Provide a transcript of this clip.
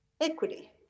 Equity